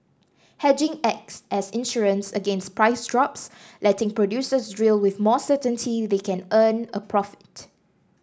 hedging acts as insurance against price drops letting producers drill with more certainty they can earn a profit